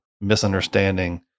misunderstanding